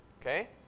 Okay